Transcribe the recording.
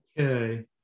Okay